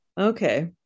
Okay